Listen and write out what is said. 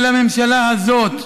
הממשלה הזאת,